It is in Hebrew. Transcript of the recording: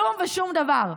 כלום ושום דבר.